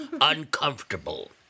uncomfortable